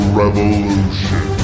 revolution